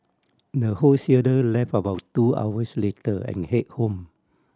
the wholesaler left about two hours later and headed home